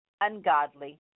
ungodly